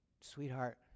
sweetheart